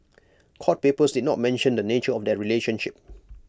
court papers did not mention the nature of their relationship